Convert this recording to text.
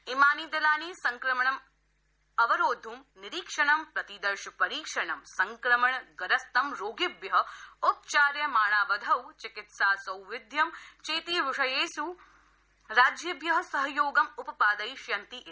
इमानि दलानि संक्रमणम् अवरोद्ध निरीक्षणं प्रतिदर्शपरीक्षणं संक्रमणप्रस्त रोगिभ्य उपचार्यमाणावधौ चिकित्सासौविध्यं चेति विषयेष राज्येभ्य सहयोगं उपपादयिष्यन्ति इति